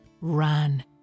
ran